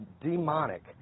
demonic